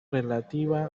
relativa